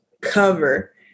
cover